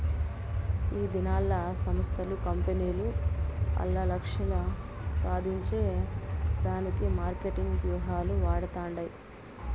ఈదినాల్ల సంస్థలు, కంపెనీలు ఆల్ల లక్ష్యాలు సాధించే దానికి మార్కెటింగ్ వ్యూహాలు వాడతండాయి